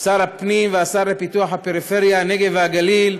שר הפנים והשר לפיתוח הפריפריה, הנגב והגליל,